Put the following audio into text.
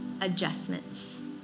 adjustments